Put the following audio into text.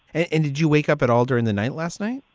and and did you wake up at all during the night last night?